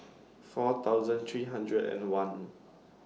four thousand three hundred and one